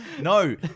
No